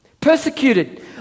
Persecuted